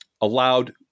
allowed